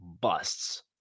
busts